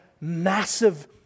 massive